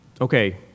okay